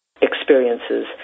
experiences